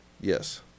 Yes